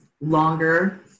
longer